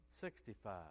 Sixty-five